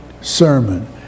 sermon